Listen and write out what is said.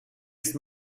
ist